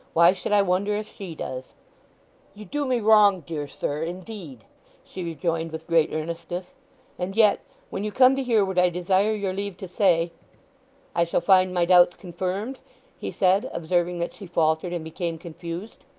why should i wonder if she does you do me wrong, dear sir, indeed she rejoined with great earnestness and yet when you come to hear what i desire your leave to say i shall find my doubts confirmed he said, observing that she faltered and became confused.